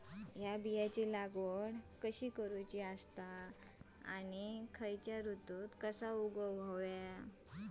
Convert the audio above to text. हया बियाची लागवड कशी करूची खैयच्य ऋतुत कशी उगउची?